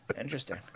Interesting